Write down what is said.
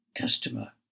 Customer